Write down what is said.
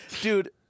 dude